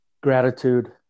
Gratitude